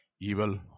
evil